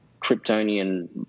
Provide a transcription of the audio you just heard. kryptonian